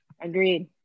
Agreed